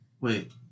Wait